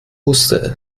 wusste